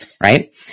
Right